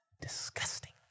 Disgusting